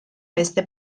beste